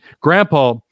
Grandpa